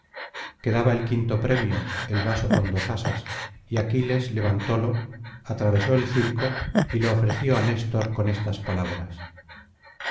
quedaba el quinto premio el vaso con dos asas y aquiles levantólo atravesó el circo y lo ofreció á néstor con estas palabras